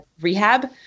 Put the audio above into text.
rehab